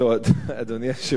לפחות על זה היא מוותרת.